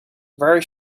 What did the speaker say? very